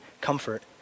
comfort